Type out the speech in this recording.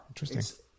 interesting